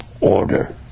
order